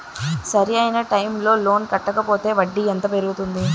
సరి అయినా టైం కి లోన్ కట్టకపోతే వడ్డీ ఎంత పెరుగుతుంది?